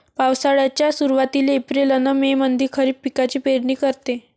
पावसाळ्याच्या सुरुवातीले एप्रिल अन मे मंधी खरीप पिकाची पेरनी करते